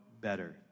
better